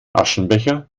aschenbecher